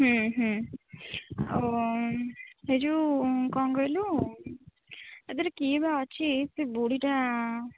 ହମ୍ମ ହମ୍ମ ଆଉ ସେ ଯେଉଁ କ'ଣ କହିଲୁ ତା' ଦେହରେ କିଏ ବା ଅଛି ସେ ବୁଢ଼ୀଟା